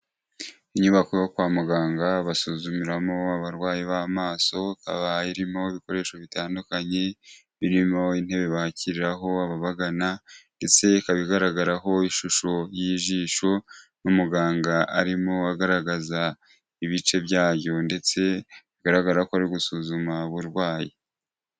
Inyubako yo kwa muganga, basuzumiramo abarwayi b'amaso, ikaba irimo ibikoresho bitandukanye, birimo intebe bakiriraho ababagana, ndetse ikaba igaragaraho ishusho y'ijisho, n'umuganga arimo agaragaza ibice byayo, ndetse bigaragara ko ari gusuzuma uburwayi.